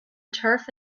turf